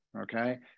okay